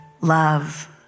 love